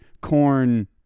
corn